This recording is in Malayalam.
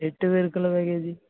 എട്ടു പേർക്കുള്ള പാക്കേജ്